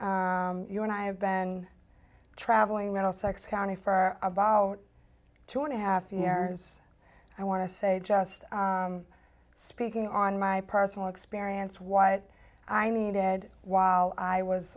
and you and i have been traveling middlesex county for about two and a half years i want to say just speaking on my personal experience what i needed while i was